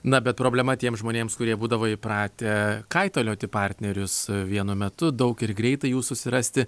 na bet problema tiems žmonėms kurie būdavo įpratę kaitalioti partnerius vienu metu daug ir greitai jų susirasti